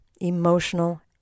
emotional